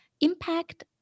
impact